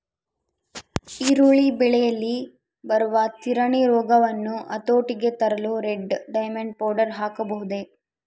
ಈರುಳ್ಳಿ ಬೆಳೆಯಲ್ಲಿ ಬರುವ ತಿರಣಿ ರೋಗವನ್ನು ಹತೋಟಿಗೆ ತರಲು ರೆಡ್ ಡೈಮಂಡ್ ಪೌಡರ್ ಹಾಕಬಹುದೇ?